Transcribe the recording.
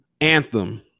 anthem